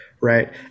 Right